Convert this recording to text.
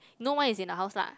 no one is in the house lah